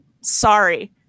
Sorry